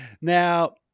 now